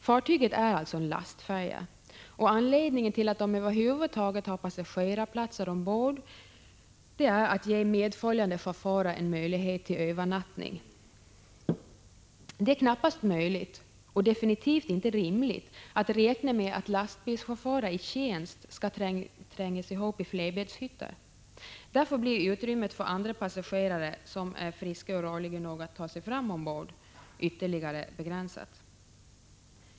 Fartyget är alltså en lastfärja, och anledningen till att den över huvud taget har passagerarplatser är att man vill ge medföljande chaufförer en möjlighet till övernattning ombord. Det är knappast möjligt och definitivt inte rimligt att räkna med att lastbilschaufförer i tjänst skall trängas ihop i flerbäddshytter. Därför blir utrymmet för andra passagerare, som är friska och rörliga nog att ta sig fram ombord, ytterligare begränsat.